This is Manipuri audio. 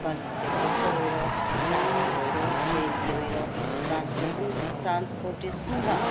ꯕꯁ ꯇꯤꯛꯀꯦꯠ ꯀꯛꯄ ꯑꯣꯏꯔꯣ ꯐ꯭ꯂꯥꯏꯠꯀꯤ ꯑꯣꯏꯔꯣ ꯇ꯭ꯔꯦꯟꯒꯤ ꯑꯣꯏꯔꯣ ꯇ꯭ꯔꯥꯟꯁꯄꯣꯔꯇꯦꯁꯟꯒ